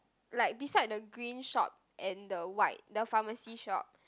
like beside the green shop and the white the pharmacy shop